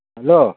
hello